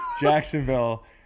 Jacksonville